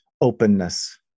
openness